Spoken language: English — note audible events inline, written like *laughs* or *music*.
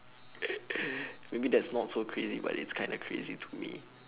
*laughs* maybe that's not so crazy but it's kinda crazy to me